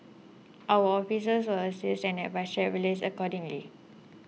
our officers will assist and advise travellers accordingly